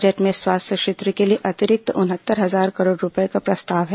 budget में स्वास्थ्य क्षेत्र के लिए अतिरिक्त उनहत्तर हजार करोड़ रूपये का प्रस्ताव है